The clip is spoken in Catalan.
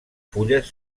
fulles